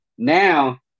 Now